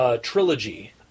trilogy